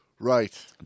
Right